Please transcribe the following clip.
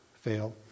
fail